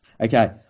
Okay